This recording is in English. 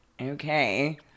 okay